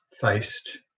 faced